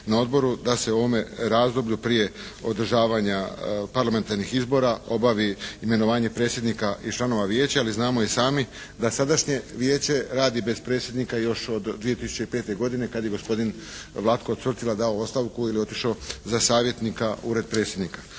na odboru da se u ovome razdoblju prije održavanja parlamentarnih izbora obavi imenovanje predsjednika i članova Vijeća jer znamo i sami da sadašnje Vijeće radi bez predsjednika još od 2005. godine kad je gospodin Vlatko Cvrtila dao ostavku jer je otišao za savjetnika u Ured predsjednika.